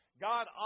God